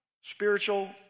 spiritual